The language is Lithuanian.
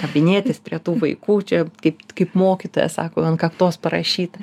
kabinėtis prie tų vaikų čia kaip kaip mokytoja sako ant kaktos parašyta